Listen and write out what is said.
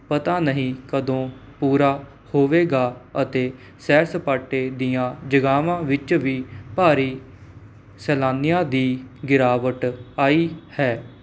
ਪਤਾ ਨਹੀਂ ਕਦੋਂ ਪੂਰਾ ਹੋਵੇਗਾ ਅਤੇ ਸੈਰ ਸਪਾਟੇ ਦੀਆਂ ਜਗ੍ਹਾਵਾਂ ਵਿੱਚ ਵੀ ਭਾਰੀ ਸੈਲਾਨੀਆਂ ਦੀ ਗਿਰਾਵਟ ਆਈ ਹੈ